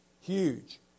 Huge